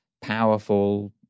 powerful